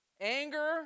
anger